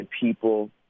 people